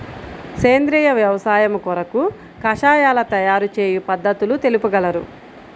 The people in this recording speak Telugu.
సేంద్రియ వ్యవసాయము కొరకు కషాయాల తయారు చేయు పద్ధతులు తెలుపగలరు?